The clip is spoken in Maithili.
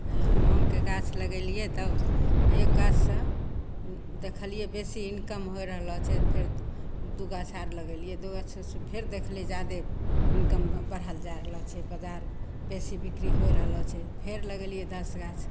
आमके गाछ लगेलिए तब एक गाछसे देखलिए बेसी इनकम होइ रहलऽ छै फेर दुइ गाछ आओर लगेलिए दुइ गाछसे फेर देखलिए जादे इनकम बढ़ल जा रहलऽ छै बजार बेसी बिक्री होइ रहलऽ छै फेर लगेलिए दस गाछ